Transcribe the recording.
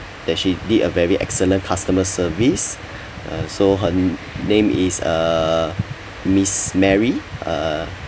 that she did a very excellent customer service and so her name is a miss mary uh